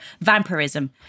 vampirism